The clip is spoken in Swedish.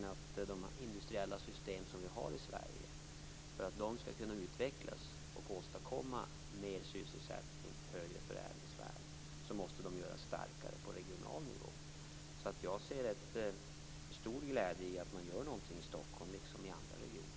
För att de industriella system som finns i Sverige skall kunna utvecklas och åstadkomma mer sysselsättning och högre förädlingsvärden, måste de göras starkare på regional nivå. Jag ser med stor glädje på att det görs något i Stockholm liksom i andra regioner.